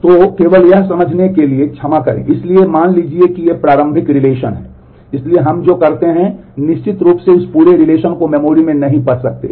तो केवल यह समझने के लिए कि क्षमा करें इसलिए मान लीजिए कि ये प्रारंभिक रिलेशन में नहीं पढ़ सकते हैं